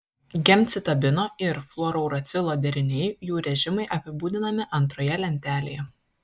gemcitabino ir fluorouracilo deriniai jų režimai apibūdinami antroje lentelėje